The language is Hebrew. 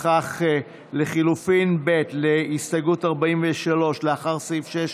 לפיכך לחלופין ב' להסתייגות 43, לאחר סעיף 6,